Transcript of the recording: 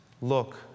look